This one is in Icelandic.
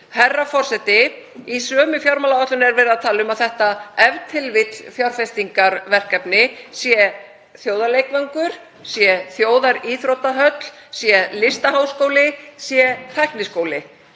tímabilsins.“ Í sömu fjármálaáætlun er verið að tala um að þetta ef til vill-fjárfestingarverkefni sé þjóðarleikvangurinn, sé þjóðaríþróttahöll, sé listaháskóli, sé tækniskóli.